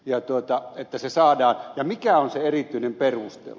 ja mikä on se erityinen perustelu